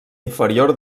inferior